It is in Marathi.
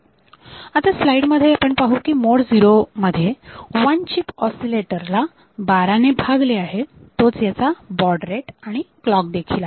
आता स्लाईड मध्ये आपण पाहू की मोड 0 मध्ये वन चीप ऑसिलेटर ला बारा ने भागले आहे तोच याचा बॉड रेट आणि क्लॉक देखील आहे